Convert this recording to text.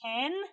ten